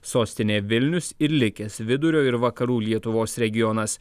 sostinė vilnius ir likęs vidurio ir vakarų lietuvos regionas